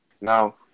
Now